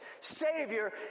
savior